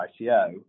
ICO